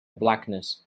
blackness